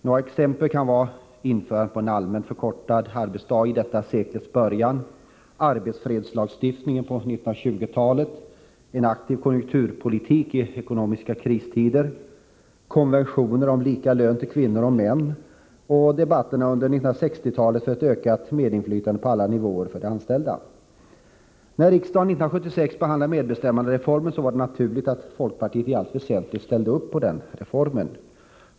Några exempel är införandet av en allmänt förkortad arbetsdag i detta sekels början, arbetsfredslagstiftningen på 1920-talet, en aktiv konjunkturpolitik i ekonomiska kristider, konventioner om lika lön till kvinnor och män och debatterna under 1960-talet om ett ökat medinflytande på alla nivåer för de anställda. När riksdagen 1976 behandlade medbestämmandereformen var det naturligt att folkpartiet i allt väsentligt ställde sig bakom den.